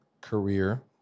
career